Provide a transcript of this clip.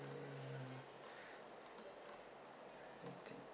mm I think